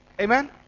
Amen